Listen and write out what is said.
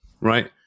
right